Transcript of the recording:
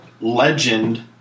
Legend